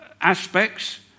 aspects